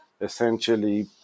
essentially